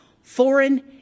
foreign